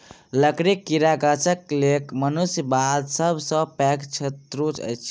लकड़ीक कीड़ा गाछक लेल मनुष्य बाद सभ सॅ पैघ शत्रु अछि